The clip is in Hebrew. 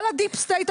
כל הדיפסטייט,